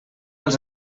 els